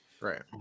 Right